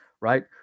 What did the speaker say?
right